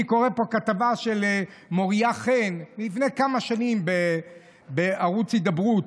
אני קורא פה כתבה של מוריה חן מלפני כמה שנים בערוץ הידברות.